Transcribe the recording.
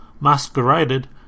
masqueraded